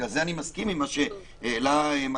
לכן אני מסכים עם מה שהעלה מלכיאלי,